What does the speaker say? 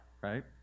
right